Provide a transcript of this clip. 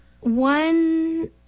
one